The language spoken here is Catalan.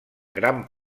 gran